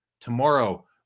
tomorrow